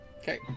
Okay